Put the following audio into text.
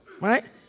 right